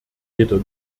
jeder